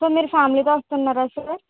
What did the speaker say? sir మీరు ఫ్యామిలీతో వస్తున్నారా సార్